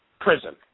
prison